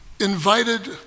invited